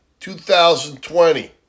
2020